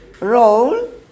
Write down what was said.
roll